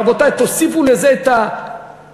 רבותי, תוסיפו לזה את המגבלות.